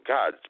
God